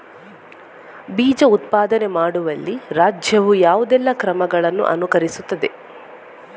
ಬೀಜ ಉತ್ಪಾದನೆ ಮಾಡುವಲ್ಲಿ ರಾಜ್ಯವು ಯಾವುದೆಲ್ಲ ಕ್ರಮಗಳನ್ನು ಅನುಕರಿಸುತ್ತದೆ?